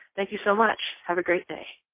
thank you so much. have a great day.